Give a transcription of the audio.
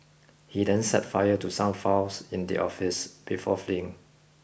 he then set fire to some files in the office before fleeing